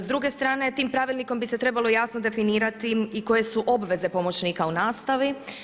S druge strane tim pravilnikom bi se trebalo jasno definirati i koje su obveze pomoćnika u nastavi.